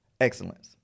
excellence